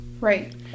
Right